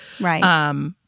right